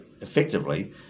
effectively